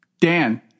Dan